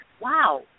wow